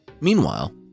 Meanwhile